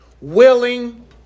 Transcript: willing